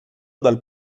dal